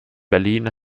berlin